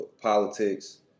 politics